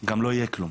גם לא יהיה כלום.